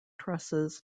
trusses